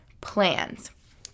plans